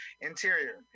Interior